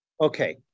Okay